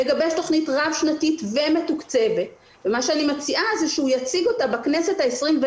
לגבש תוכנית רב שנתית ומתוקצבת ואני מציעה שהוא יציג אותה בכנסת ה-24,